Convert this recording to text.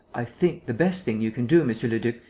i think the best thing you can do, monsieur le duc,